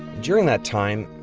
during that time,